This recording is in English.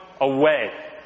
away